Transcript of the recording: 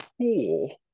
pool